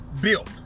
built